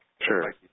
Sure